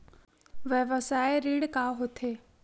व्यवसाय ऋण का होथे?